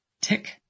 Tick